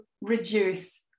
reduce